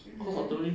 mmhmm